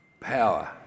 power